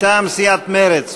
מרצ.